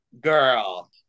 girl